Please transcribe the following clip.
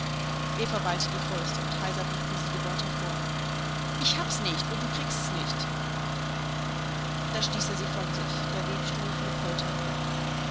eva ballte die fäuste und heiser brachte sie die worte hervor ich hab's nicht und du kriegst's nicht da stieß er sie von sich der webstuhl fiel polternd um